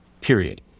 period